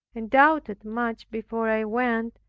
and doubted much before i went,